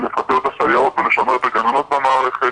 ולפטר את הסייעות ולשמר את הגננות המערכת,